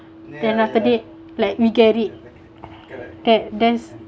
then after that like we get it that there's